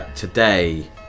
Today